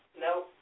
No